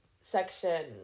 section